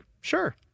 sure